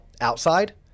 outside